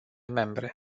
membre